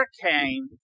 hurricane